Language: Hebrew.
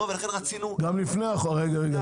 רגע רגע,